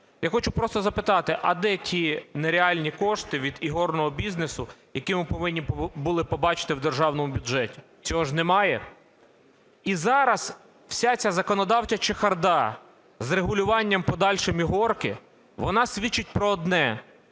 Я хочу просто запитати, а де ті не реальні кошти від ігорного бізнесу, які ми повинні були побачити в державному бюджеті? Цього ж немає. І зараз вся ця законодавча чехарда з регулюванням подальшим "ігорки", вона свідчить про одне: